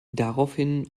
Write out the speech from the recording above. daraufhin